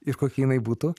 ir kokia jinai būtų